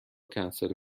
کنسل